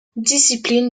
discipline